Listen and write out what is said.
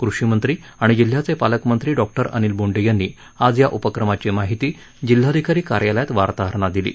कृषीमंत्री आणि जिल्ह्याचे पालकमंत्री डॉक्टर अनिल बोंडे यांनी आज या उपक्रमाची माहिती जिल्हाधिकारी कार्यालयात वार्ताहरांना दिली